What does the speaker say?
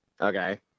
Okay